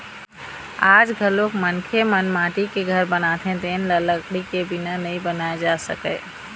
आज घलोक मनखे मन माटी के घर बनाथे तेन ल लकड़ी के बिना नइ बनाए जा सकय